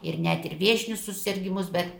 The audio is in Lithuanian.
ir net ir vėžinius susirgimus bet